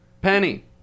Penny